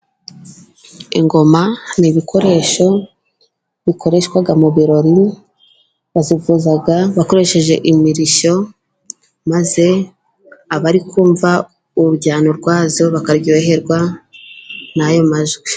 Ingoma ni ibikoresho bikoreshwa mu birori. Bazivuza bakoresheje imirishyo, maze abari kumva urujyano rwazo bakaryoherwa n'ayo majwi.